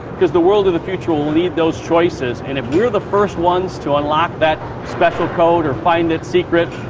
because the world in the future will need those choices, and if we are the first ones to unlock that special code or find its secret,